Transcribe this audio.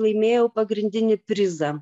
laimėjau pagrindinį prizą